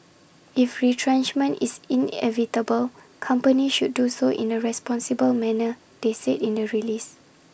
if retrenchment is inevitable companies should do so in A responsible manner they said in the release